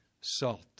salt